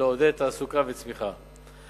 לעודד תעסוקה וצמיחה.